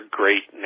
great